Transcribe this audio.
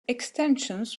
extensions